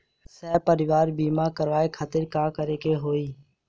सपरिवार बीमा करवावे खातिर का करे के होई?